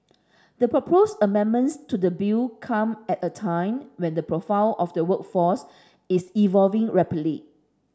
the proposed amendments to the bill come at a time when the profile of the workforce is evolving rapidly